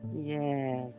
yes